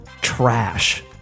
trash